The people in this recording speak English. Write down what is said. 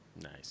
Nice